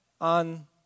on